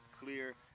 clear